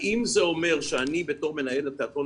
האם זה אומר שאני בתור מנהל התיאטרון